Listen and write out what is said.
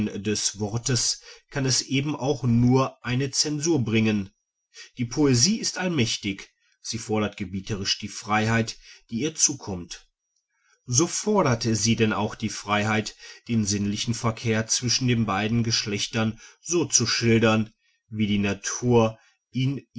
des worts kann es eben auch nur eine zensur bringen die poesie ist allmächtig sie fordert gebieterisch die freiheit die ihr zukommt so fordert sie denn auch die freiheit den sinnlichen verkehr zwischen den beiden geschlechtern so zu schildern wie die natur ihn